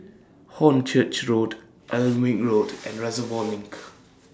Hornchurch Road Alnwick Road and Reservoir LINK